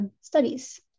studies